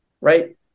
right